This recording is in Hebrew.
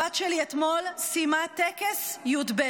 הבת שלי אתמול סיימה טקס י"ב,